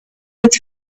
its